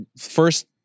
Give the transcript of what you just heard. first